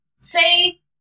say